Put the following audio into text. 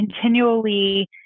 continually